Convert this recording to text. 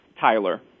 Tyler